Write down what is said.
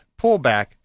pullback